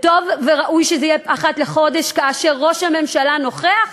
וטוב וראוי שזה יהיה אחת לחודש כאשר ראש הממשלה נוכח.